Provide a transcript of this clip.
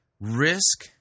risk